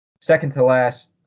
second-to-last